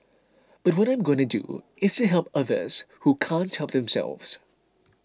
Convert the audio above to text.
but what I'm going to do is to help others who can't help themselves